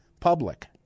public